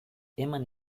eman